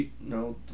No